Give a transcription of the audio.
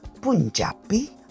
Punjabi